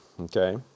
okay